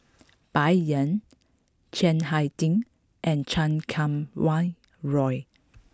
Bai Yan Chiang Hai Ding and Chan Kum Wah Roy